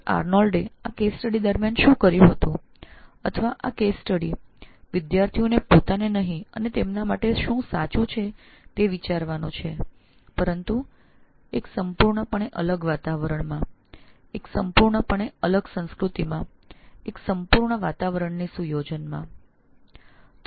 અર્નોલ્ડે આ કેસ અધ્યયન દરમિયાન આ રીતે કર્યું હતું અથવા આ કેસ અધ્યયન માં વિદ્યાર્થીઓએ પોતાના પૂરતું વિચારવું અથવા તેઓના માટે શું સાચું છે એ નથી વિચારવાનું પરંતુ એક સંપૂર્ણપણે અલગ વાતાવરણમાં એક સંપૂર્ણપણે અલગ સંસ્કૃતિમાં એક સંપૂર્ણ વાતાવરણની સુયોજનમાં વિચારવાનું છે